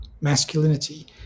masculinity